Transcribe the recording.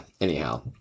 anyhow